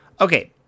Okay